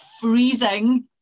freezing